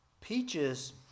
Peaches